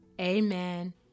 amen